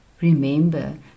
Remember